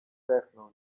zdechnąć